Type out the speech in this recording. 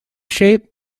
shape